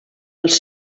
els